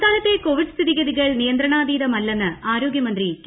സംസ്ഥാനത്തെ കോവിഡ് സ്ഥിതിഗതികൾ നിയന്ത്രണാതീതമല്ലെന്ന് ആരോഗ്യിമ്യന്തി കെ